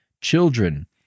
children